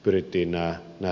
rytinää ja